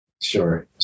Sure